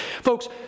Folks